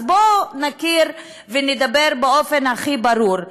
אז בואו נכיר ונדבר באופן הכי ברור: